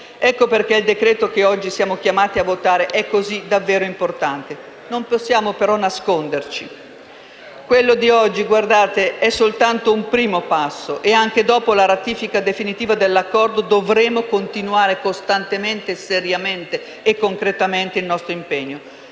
Ecco perché il provvedimento che oggi siamo chiamati a votare è davvero così importante. Non possiamo però nasconderci: quello di oggi, colleghi, è soltanto un primo passo e anche dopo la ratifica definitiva dell'Accordo in esame dovremo continuare costantemente, seriamente e concretamente il nostro impegno.